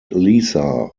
lisa